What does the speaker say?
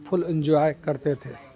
پھل انجوائے کرتے تھے